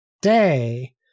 day